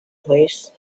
place